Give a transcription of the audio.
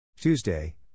Tuesday